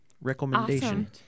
recommendation